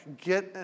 get